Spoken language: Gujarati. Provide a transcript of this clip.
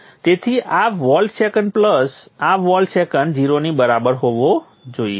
તેથી આ વોલ્ટ સેકન્ડ પ્લસ આ વોલ્ટ સેકન્ડ 0 ની બરાબર હોવા જોઈએ